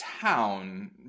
town